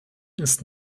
ist